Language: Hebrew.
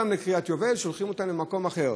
שולחים אותם לקריית-היובל, שולחים אותם למקום אחר.